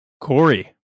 Corey